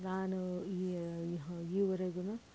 ನಾನು ಈ ಈವರೆಗುನೂ